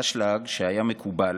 אשלג, שהיה מקובל,